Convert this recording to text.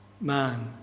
man